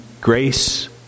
grace